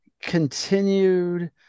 continued